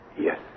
Yes